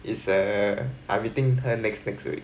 is a I meeting her next next week